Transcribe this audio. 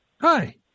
Hi